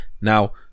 now